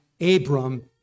Abram